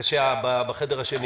בבקשה בחדר השני,